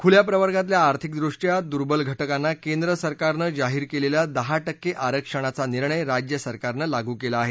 खुल्या प्रवर्गातल्या आर्थिक दृष्ट्या दुर्बल घ कांना केंद्र सरकारनं जाहीर केलेला दहा किंके आरक्षणाचा निर्णय राज्यसरकारनं लागू केला आहे